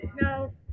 no